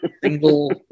single